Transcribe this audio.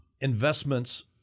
Investments